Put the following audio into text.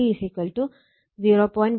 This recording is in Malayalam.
167 ആണ്